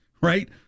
Right